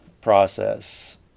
process